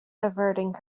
averting